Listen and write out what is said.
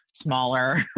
Smaller